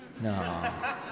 No